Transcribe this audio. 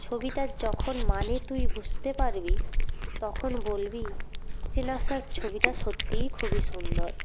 ছবিটার যখন মানে তুই বুঝতে পারবি তখন বলবি যে না স্যার ছবিটা সত্যিই খুবই সুন্দর